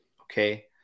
okay